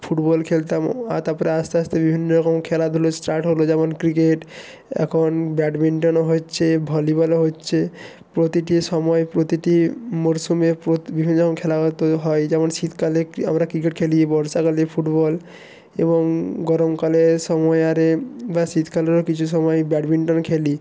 football খেলতাম আর তারপরে আসতে আসতে বিভিন্ন রকম খেলাধুলো স্টার্ট হলো যেমন ক্রিকেট এখন ব্যাডমিন্টনও হচ্ছে ভলিবলও হচ্ছে প্রতিটি সময় প্রতিটি মরশুমে প্রতি বিভিন্ন যখন খেলা হতো হয় যেমন শীতকালে ক্রি আমরা ক্রিকেট খেলি বর্ষাকালে ফুটবল এবং গরমকালে সময় আরে বা শীতকালের কিছু সময় ব্যাডমিন্টন খেলি